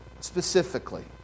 specifically